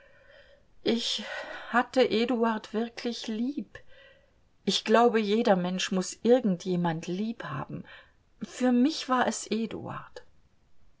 ich hatte eduard wirklich lieb ich glaube jeder mensch muß irgend jemand lieb haben für mich war es eduard